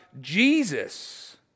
Jesus